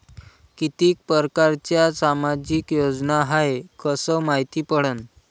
कितीक परकारच्या सामाजिक योजना हाय कस मायती पडन?